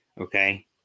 Okay